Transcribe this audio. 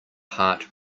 heart